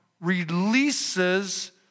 releases